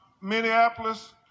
Minneapolis